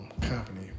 company